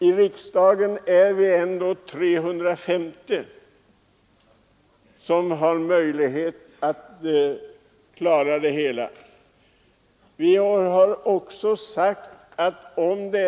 I riksdagen är vi ändå 350 som har möjlighet att göra vår bedömning.